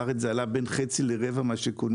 בארץ זה עלה בין חצי לרבע לעומת מה שקונים